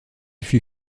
fut